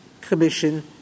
Commission